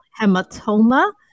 hematoma